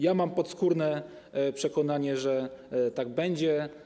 I mam podskórne przekonanie, że tak będzie.